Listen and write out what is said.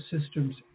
systems